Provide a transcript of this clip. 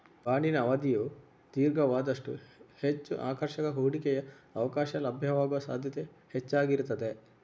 ಬಾಂಡಿನ ಅವಧಿಯು ದೀರ್ಘವಾದಷ್ಟೂ ಹೆಚ್ಚು ಆಕರ್ಷಕ ಹೂಡಿಕೆಯ ಅವಕಾಶ ಲಭ್ಯವಾಗುವ ಸಾಧ್ಯತೆ ಹೆಚ್ಚಾಗಿರುತ್ತದೆ